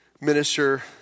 minister